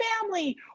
family